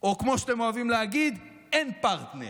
או כמו שאתם אוהבים להגיד: אין פרטנר.